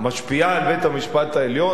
משפיעה על בית-המשפט העליון,